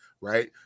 right